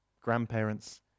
grandparents